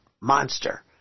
monster